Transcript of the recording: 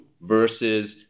versus